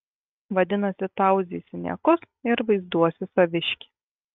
vadinasi tauzysi niekus ir vaizduosi saviškį